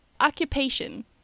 occupation